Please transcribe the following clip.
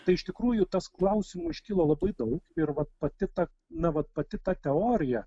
tai iš tikrųjų tas klausimų iškilo labai daug ir vat pati ta na vat pati ta teorija